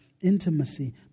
intimacy